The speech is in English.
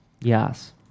Yes